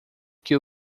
que